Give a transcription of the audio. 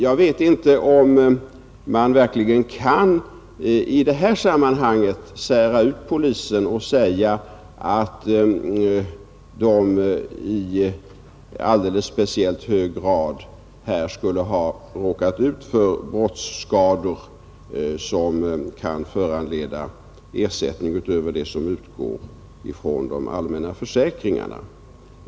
Jag vet inte om man verkligen kan, i det här sammanhanget, sära ut polisen och säga att den i alldeles speciellt hög grad skulle ha råkat ut för brottsskador som kan föranleda ersättning utöver det som utgår från de allmänna försäkringarna.